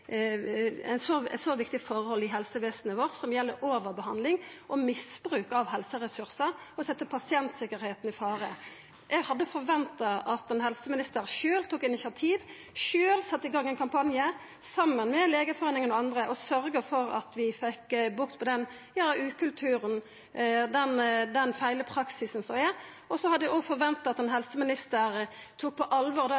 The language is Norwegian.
eit så viktig forhold i helsevesenet vårt som overbehandling og misbruk av helseressursar, og som set pasientsikkerheita i fare. Eg hadde forventa at ein helseminister sjølv tok initiativ, sjølv sette i gang ein kampanje – saman med Legeforeningen og andre – og sørgde for at vi fekk bukt med den ukulturen, den gale praksisen, som er. Eg hadde òg forventa at ein